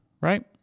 right